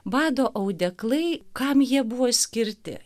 bado audeklai kam jie buvo skirti